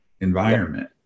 environment